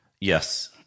Yes